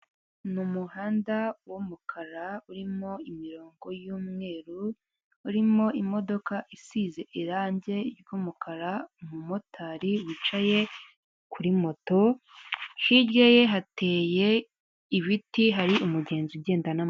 Ni umuhanda w'umukara urimo imirongo y'umweru urimo imodoka isize irangi ry'umukara umumotari wicaye kuri moto, hirya ye hateye ibiti hari umugenzi ugenda n'amaguru.